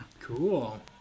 Cool